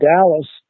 Dallas